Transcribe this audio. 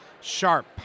sharp